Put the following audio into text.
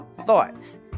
thoughts